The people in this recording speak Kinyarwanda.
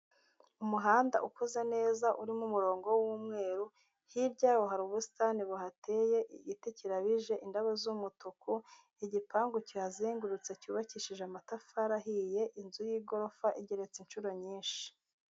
Umuhanda ukoze neza urimo umurongo w'umweru, hirya yawo hari ubusitani buhateye, igiti kirabije, indabo z'umutuku, igipangu cyihazengurutse cyubakishije amatafari ahiye, inzu y'igorofa ingeretse inshuro nyinshi.